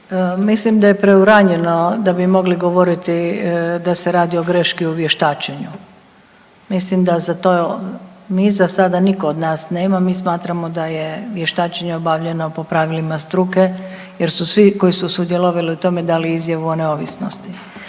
Mislim da je preuranjeno da bi mogli govoriti da se govori o greški u vještačenju. Mislim da za to, mi za sada nitko od nas nema, mi smatramo da je vještačenje obavljeno po pravilima struke jer su svi koji su sudjelovali u tome, dali izjavu o neovisnosti.